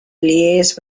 liaise